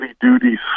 duty